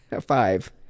Five